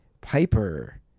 Piper